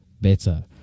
better